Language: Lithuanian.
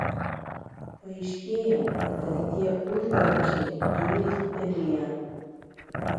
paaiškėja kad tie užvalkčiai bjauriai supeliję